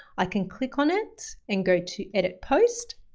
i can click on it and go to edit post.